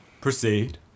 proceed